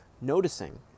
noticing